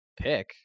pick